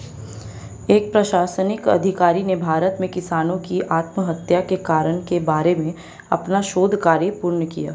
एक प्रशासनिक अधिकारी ने भारत में किसानों की आत्महत्या के कारण के बारे में अपना शोध कार्य पूर्ण किया